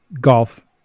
golf